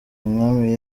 umwami